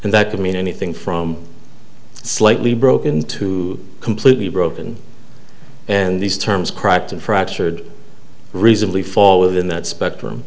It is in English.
and that could mean anything from slightly broken to completely broken and these terms cracked and fractured reasonably fall within that spectrum